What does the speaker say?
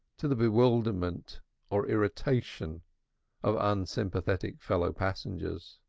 to the bewilderment or irritation of unsympathetic fellow-passengers.